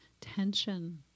tension